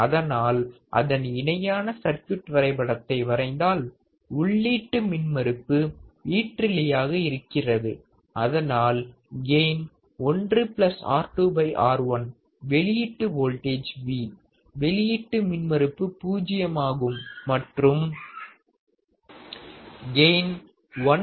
அதனால் அதன் இணையான சர்க்யூட் வரைபடத்தை வரைந்தால் உள்ளீட்டு மின்மறுப்பு ஈற்றிலியாக இருக்கிறது அதனால் கெயின் 1 R2R1 வெளியீட்டு வோல்டேஜ் V வெளியீட்டு மின்மறுப்பு பூஜ்யம் ஆகும் மற்றும் கெயின் 1 R2 R1 ஆகும்